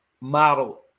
model